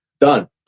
done